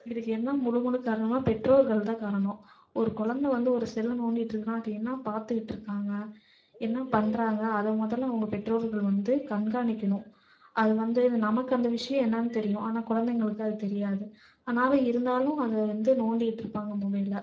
இதுக்கு என்ன முழு முழு காரணம்ன்னால் பெற்றோர்கள்தான் காரணம் ஒரு குலந்த வந்து ஒரு செல்லை நோண்டிகிட்ருக்குன்னா அது என்ன பார்த்துகிட்ருக்காங்க என்ன பண்ணுறாங்க அதை முதல்ல அவங்க பெற்றோர்கள் வந்து கண்காணிக்கணும் அது வந்து நமக்கு அந்த விஷயம் என்னன்னு தெரியும் ஆனால் குழந்தைங்களுக்கு அது தெரியாது அதனால் இருந்தாலும் அதை வந்து நோண்டிகிட்ருப்பாங்க மொபைலை